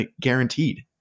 guaranteed